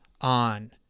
on